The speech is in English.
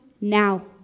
now